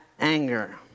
anger